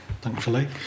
thankfully